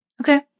Okay